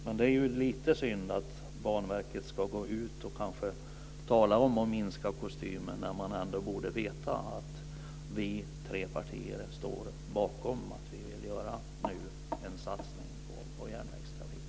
Men det är lite synd att Banverket ska gå ut och tala om att minska kostymen när man borde veta att våra tre partier står bakom en satsning på järnvägstrafiken.